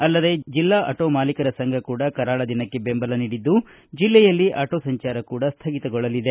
ಅಲ್ಲದೇ ಜಿಲ್ಲಾ ಆಟೋ ಮಾಲೀಕರ ಸಂಘ ಕೂಡ ಕರಾಳ ದಿನಕ್ಕೆ ಬೆಂಬಲ ನೀಡಿದ್ದು ಜಿಲ್ಲೆಯಲ್ಲಿ ಆಟೋ ಸಂಚಾರ ಕೂಡ ಸ್ಥಗಿತಗೊಳ್ಳಲಿದೆ